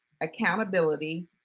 accountability